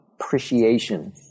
appreciation